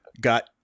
got